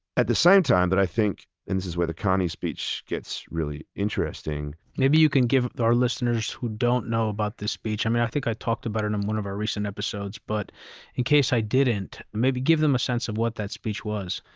at the same time that i think, and this is where the carney speech gets really interesting maybe you can give our listeners who don't know about this speech, i mean i think i talked about it in one of our recent episodes, but in case i didn't, maybe give them a sense of what that speech was.